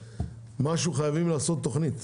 חייבים לעשות תוכנית.